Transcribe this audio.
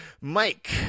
Mike